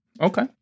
Okay